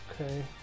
Okay